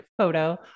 photo